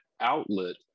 outlet